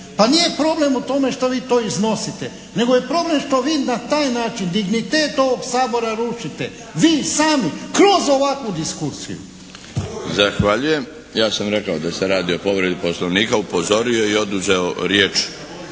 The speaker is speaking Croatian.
Pa nije problem u tome šta vi to iznosite, nego je problem što vi na taj način dignitet ovog Sabora rušite. Vi sami, kroz ovakvu diskusiju. **Milinović, Darko (HDZ)** Zahvaljujem. Ja sam rekao da se radi o povredi Poslovnika. Upozorio i oduzeo riječ